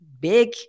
big